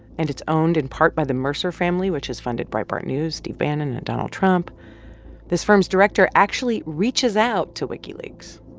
and it's owned in part by the mercer family, which has funded breitbart news, steve bannon and donald trump this firm's director actually reaches out to wikileaks.